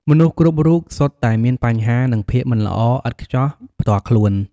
មនុស្សគ្រប់រូបសុទ្ធតែមានបញ្ហា និងភាពមិនល្អឥតខ្ចោះផ្ទាល់ខ្លួន។